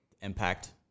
impact